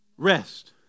rest